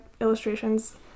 illustrations